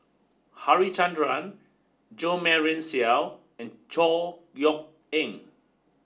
Harichandra Jo Marion Seow and Chor Yeok Eng